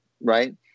right